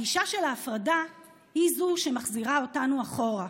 הגישה של ההפרדה היא שמחזירה אותנו אחורה.